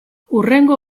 hurrengo